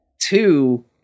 two